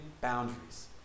boundaries